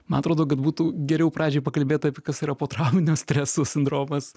man atrodo kad būtų geriau pradžioj pakalbėt apie kas yra potrauminio streso sindromas